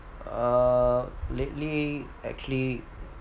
uh lately actually